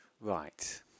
Right